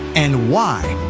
and why.